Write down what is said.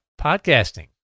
podcasting